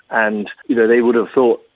and you know they would have thought,